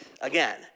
again